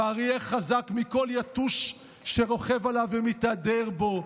ואריה חזק מכל יתוש שרוכב עליו ומתהדר בו.